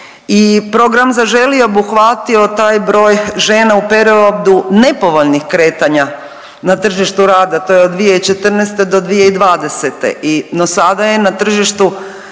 I program Zaželi je obuhvatio taj broj žena u periodu nepovoljnih kretanja na tržištu rada to je od 2014. do 2020.